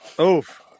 Oof